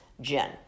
gin